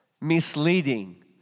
misleading